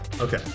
Okay